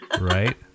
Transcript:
Right